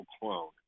clone